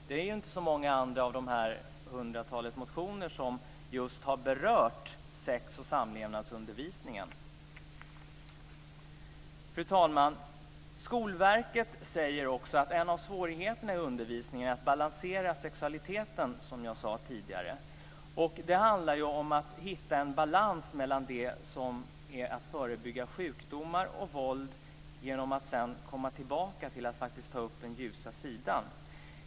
Det är ju inte så många andra av de här hundratalet motioner som har berört sex och samlevnadsundervisningen. Fru talman! Skolverket säger också att en av svårigheterna i undervisningen är att balansera sexualiteten, som jag sade tidigare. Det handlar om att hitta en balans mellan att ta upp och förebygga sjukdomar och våld och sedan komma tillbaka och ta upp den ljusa sidan.